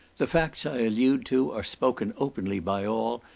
the facts i allude to are spoken openly by all,